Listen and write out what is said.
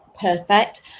Perfect